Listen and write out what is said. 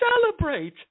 Celebrate